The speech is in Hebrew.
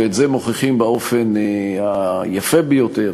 ואת זה מוכיחים באופן היפה ביותר